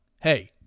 Hey